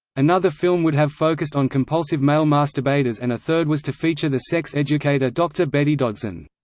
another film would have focused on compulsive male masturbators and a third was to feature the sex educator dr betty dodson.